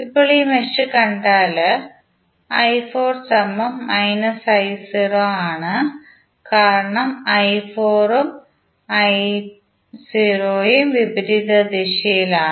ഇപ്പോൾ ഈ മെഷ് കണ്ടാൽ കാരണം ഉം ഉം വിപരീത ദിശയിലാണ്